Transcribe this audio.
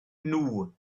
nhw